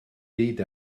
byd